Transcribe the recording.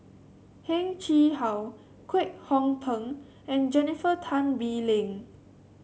Heng Chee How Kwek Hong Png and Jennifer Tan Bee Leng